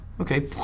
okay